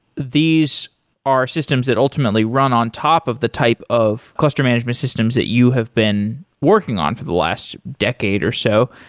these are systems that ultimately run on top of the type of cluster management systems that you have been working on for the last decade or so.